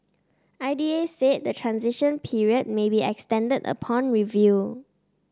I D A said the transition period may be extended upon review